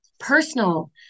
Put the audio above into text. personal